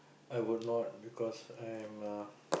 I would not because I am a